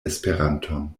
esperanton